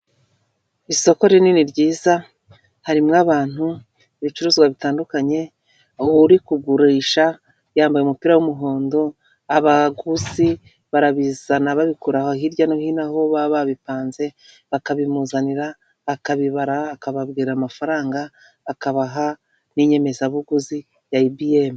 Isoko rinini ryiza harim abantu ibicuruzwa bitandukanye uri kugurisha yambaye umupira w'umuhondo, abaguzi barabizana babikura aho hirya no hino aho baba babipanze bakabimuzanira akabibara akababwira amafaranga akabaha n'inyemezabuguzi ya ibiyemu.